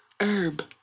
herb